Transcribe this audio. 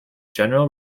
general